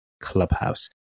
Clubhouse